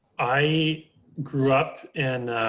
i grew up in